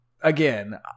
again